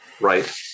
Right